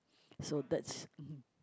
so that's